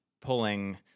pulling